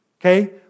okay